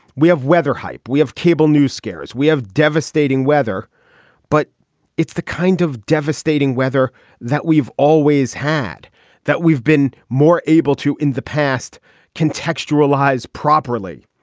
we have weather hype we have cable news scares we have devastating weather but it's the kind of devastating weather that we've always had that we've been more able to in the past contextualize properly.